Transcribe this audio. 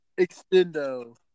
Extendo